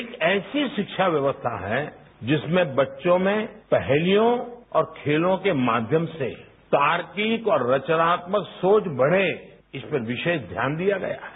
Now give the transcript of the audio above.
एक ऐसी शिक्षा व्यवस्था है जिसमें बच्चों में पहलियों और खेलों के माध्यम से तार्किक और रचनात्मक सोच बढ़े इस पर विशेष ध्यान दिया गया है